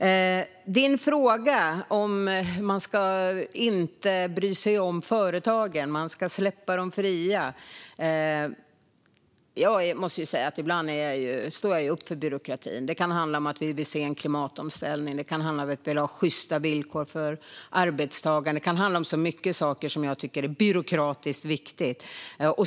När det gäller Joar Forssells fråga om att man inte ska bry sig om företagen utan släppa dem fria måste jag säga att jag ibland står upp för byråkratin. Det kan handla om att vi vill se en klimatomställning, och det kan handla om att vi vill ha sjysta villkor för arbetstagare. Det kan handla om många saker som jag tycker är byråkratiskt viktiga.